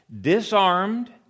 disarmed